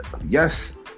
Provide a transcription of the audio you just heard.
yes